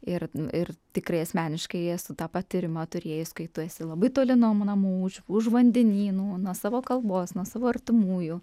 ir ir tikrai asmeniškai esu tą patyrimą turėjus kai tu esi labai toli nuo namų už už vandenynų nuo savo kalbos nuo savo artimųjų